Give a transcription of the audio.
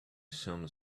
some